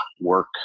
work